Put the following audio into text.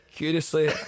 Curiously